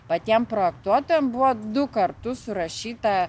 patiem projektuotojam buvo du kartus surašyta